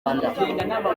rwanda